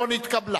לא נתקבלה.